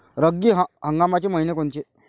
रब्बी हंगामाचे मइने कोनचे?